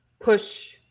push